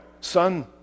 Son